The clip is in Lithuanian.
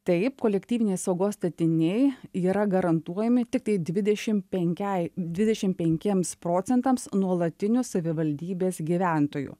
taip kolektyvinės saugos statiniai yra garantuojami tiktai dvidešim penkiai dvidešim penkiems procentams nuolatinių savivaldybės gyventojų